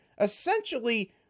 essentially